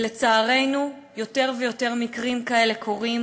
לצערנו, יותר ויותר מקרים כאלה קורים.